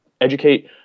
educate